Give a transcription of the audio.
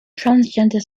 transgender